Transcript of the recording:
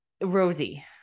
Rosie